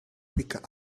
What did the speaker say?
quicker